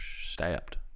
Stabbed